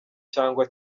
cyangwa